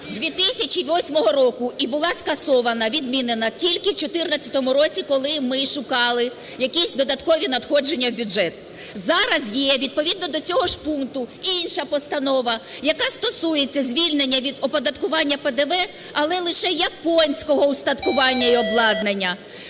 2008 року і була скасована, відмінена тільки в 2014 році, коли ми шукали якісь додаткові надходження у бюджет. Зараз є відповідно до цього ж пункту інша постанова, яка стосується звільнення від оподаткування ПДВ, але лише японського устаткування і обладнання.